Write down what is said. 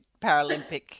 Paralympic